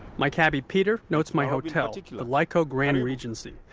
my cabbie peter notes my hotel, the laico grand regency.